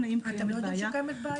אתם לא יודעים שקיימת בעיה?